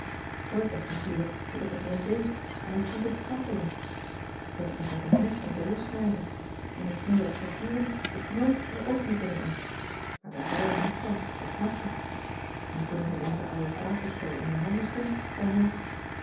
steub dacht natuurlijk dat ik het er om deed en hij stond te trappelen ik heb het nog met een mes moeten lossnijden en ik sneed uit vervoering den knoop er ook meteen af maar daar zei ik niets van dat snap je en toen ik met onze ouwe tafelschel in mijn handen stond zei